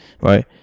right